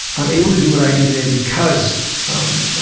i'm able to do what i do today because i'm